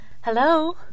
Hello